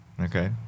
Okay